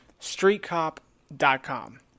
streetcop.com